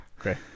Okay